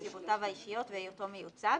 נסיבותיו האישיות והיותו מיוצג